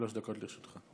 שלוש דקות לרשותך.